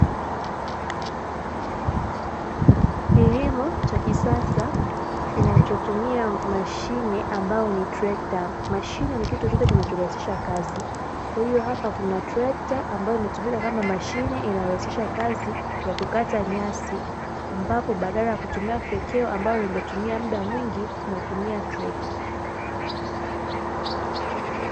Kilimo cha kisasa kinachotumia mashine ambayo ni trekta. Mashine ni kitu chochote kinachorahisisha kazi, kwa hiyo hapa kuna trekta ambayo imetumika kama mashine inayorahisisha kazi ya kukata nyasi, ambapo badala ya kutumia fyekeo ambalo lingetumia muda mwingi, unatumia trekta.